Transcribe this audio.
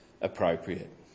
appropriate